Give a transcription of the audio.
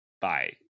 bye